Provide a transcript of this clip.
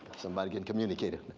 somebody getting communicated.